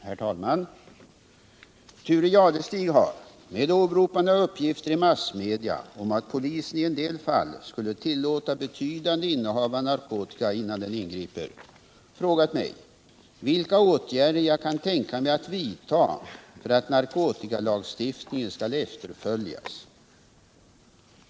Herr talman! Thure Jadestig har — med åberopande av uppgifter i massmedia om att polisen i en del fall skulle tillåta betydande innehav av narkotika innan den ingriper — frågat mig vilka åtgärder jag kan tänka mig att vidta för att narkotikalagstiftningen skall efterföljas.